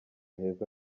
heza